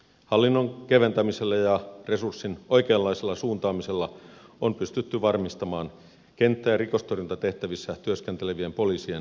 hallinnon keventämisellä ja resurssien oikeanlaisella suuntaamisella on pystytty varmistamaan kenttä ja rikostorjuntatehtävissä työskentelevien poliisien riittävyys